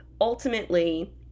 Ultimately